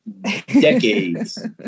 decades